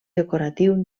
decoratiu